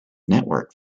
network